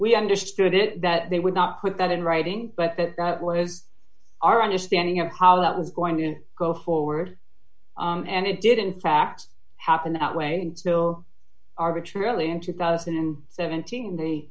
we understood it that they would not put that in writing but that was our understanding of how that was going to go forward and it did in fact happen at waynesville arbitrarily in two thousand and seventeen the